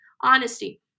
honesty